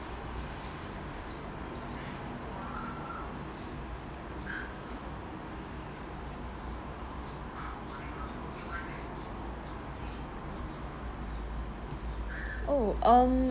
oh um